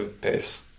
pace